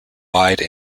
wide